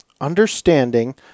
understanding